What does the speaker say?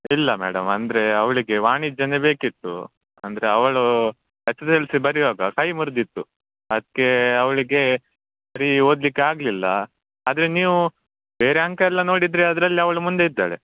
ಇಲ್ಲ ಮೇಡಮ್ ಅಂದರೆ ಅವಳಿಗೆ ವಾಣಿಜ್ಯನೆ ಬೇಕಿತ್ತು ಅಂದರೆ ಅವಳು ಎಸ್ ಎಸ್ ಎಲ್ ಸಿ ಬರೆಯುವಾಗ ಕೈ ಮುರ್ದಿತ್ತು ಅದಕ್ಕೆ ಅವಳಿಗೆ ಸರಿ ಓದಲಿಕ್ಕೆ ಆಗ್ಲಿಲ್ಲ ಆದರೆ ನೀವು ಬೇರೆ ಅಂಕ ಎಲ್ಲ ನೋಡಿದರೆ ಅದ್ರಲ್ಲಿ ಅವಳು ಮುಂದೆ ಇದ್ದಾಳೆ